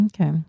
Okay